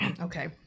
okay